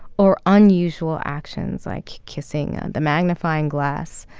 or unusual actions, like kissing the magnifying glass,